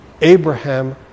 Abraham